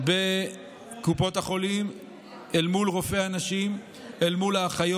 בקופות החולים אל מול רופאי הנשים והאחיות